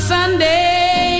Sunday